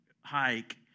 hike